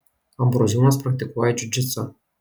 ambroziūnas praktikuoja džiudžitsą